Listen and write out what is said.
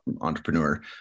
entrepreneur